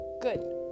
Good